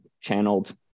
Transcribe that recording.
channeled